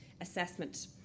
assessment